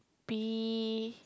be